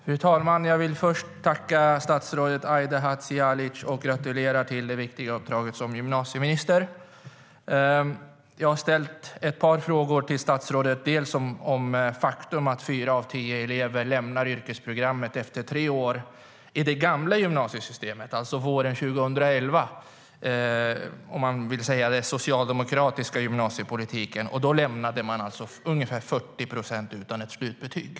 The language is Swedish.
Fru talman! Jag vill först tacka statsrådet Aida Hadzialic för svaret och samtidigt gratulera till det viktiga uppdraget som gymnasieminister. Jag har ställt ett par frågor till statsrådet, bland annat om att fyra av tio elever i det gamla gymnasiesystemet - alltså våren 2011 - lämnade yrkesprogrammet efter tre år. Man kan säga att resultat av den socialdemokratiska gymnasiepolitiken alltså var att ungefär 40 procent lämnade skolan utan slutbetyg.